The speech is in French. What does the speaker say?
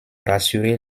rassurer